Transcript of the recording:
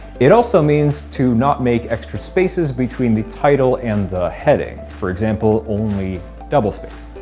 it also means to not make extra spaces between the title and the heading. for example only double-spaced.